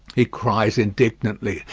he cries indignantly.